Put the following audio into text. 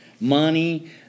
money